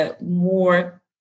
more